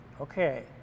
Okay